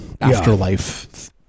afterlife